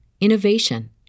innovation